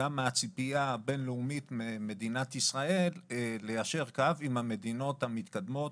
וגם מהציפייה הבין-לאומית ממדינת ישראל ליישר קו עם המדינות המתקדמות,